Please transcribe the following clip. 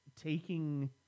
taking